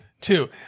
Two